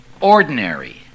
ordinary